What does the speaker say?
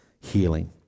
healing